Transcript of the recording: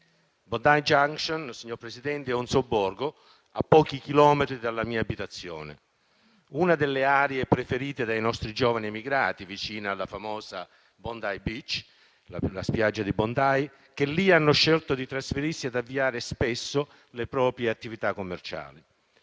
Bondi Junction, signor Presidente, è un sobborgo a pochi chilometri dalla mia abitazione, una delle aree preferite dai nostri giovani emigrati, vicina alla famosa Bondi Beach, la spiaggia di Bondi, che lì hanno scelto di trasferirsi e spesso di avviare le proprie attività commerciali.